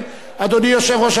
אדוני יושב-ראש הוועדה,